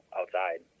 outside